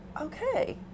okay